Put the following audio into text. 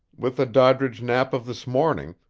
with the doddridge knapp of this morning,